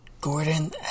Gordon